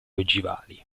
ogivali